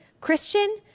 Christian